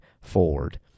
forward